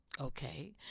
okay